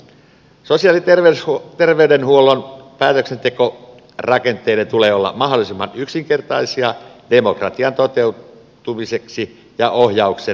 sosiaali ja terveydenhuollon päätöksentekorakenteiden tulee olla mahdollisimman yksinkertaisia demokratian toteutumiseksi ja ohjauksen vahvistamiseksi